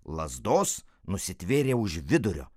lazdos nusitvėrė už vidurio